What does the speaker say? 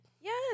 Yes